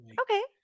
Okay